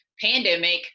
pandemic